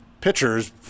pitchers